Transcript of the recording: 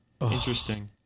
Interesting